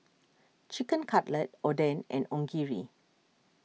Chicken Cutlet Oden and Onigiri